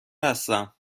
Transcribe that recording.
هستم